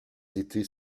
étés